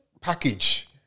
package